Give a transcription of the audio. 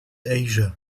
asia